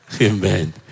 Amen